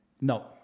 No